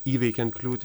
įveikiant kliūtį